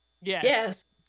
Yes